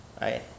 right